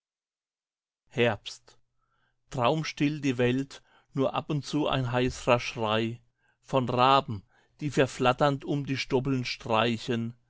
traumstill die welt nur ab und zu ein heisrer schrei von raben die verflatternd um die stoppeln streichen